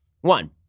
One